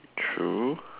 true